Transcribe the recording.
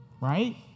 Right